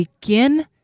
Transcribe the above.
begin